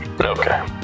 Okay